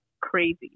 crazy